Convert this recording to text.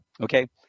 okay